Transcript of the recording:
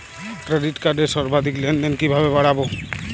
Credit কার্ডের সর্বাধিক লেনদেন কিভাবে বাড়াবো?